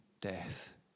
death